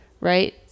right